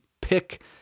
pick